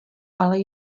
ale